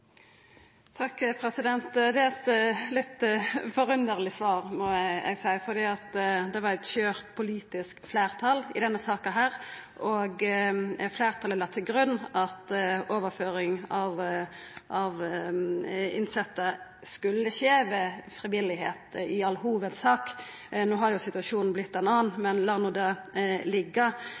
er eit litt forunderleg svar, må eg seia, fordi det var eit skjørt politisk fleirtal i denne saka, og fleirtalet la til grunn at overføring av innsette i all hovudsak skulle skje av fri vilje. No har jo situasjonen vorte ein annan, men lat no det